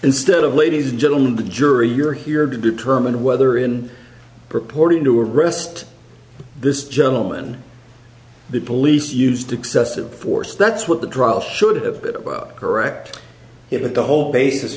instead of ladies and gentlemen the jury you're here to determine whether in purporting to arrest this gentleman the police used excessive force that's what the driver should have a bit about correct it with the whole basis